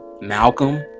Malcolm